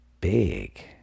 big